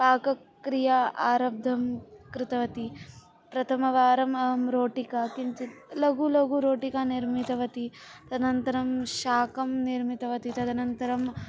पाकक्रियां आरब्धं कृतवती प्रथमवारम् अहं रोटिका किञ्चित् लघु लघु रोटिकां निर्मितवती तदनन्तरं शाकं निर्मितवती तदनन्तरम्